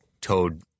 Toad